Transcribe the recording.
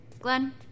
Glenn